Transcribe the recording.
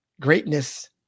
Greatness